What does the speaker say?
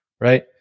right